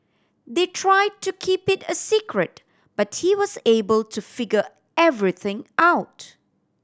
they tried to keep it a secret but he was able to figure everything out